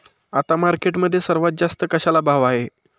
आता मार्केटमध्ये सर्वात जास्त कशाला भाव आहे?